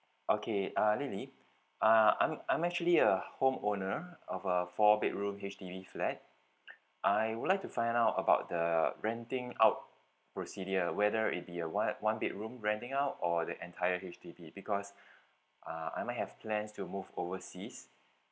okay uh lily uh I'm a I'm actually a home owner of a four bedroom H_D_B flat I would like to find out about the renting out procedure whether it be a what one bedroom renting out or the entire H_D_B because uh I might have plans to move overseas